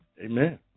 Amen